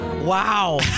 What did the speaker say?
Wow